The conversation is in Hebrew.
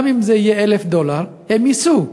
גם אם זה יהיה 1,000 דולר הם ייסעו,